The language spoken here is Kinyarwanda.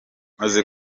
maze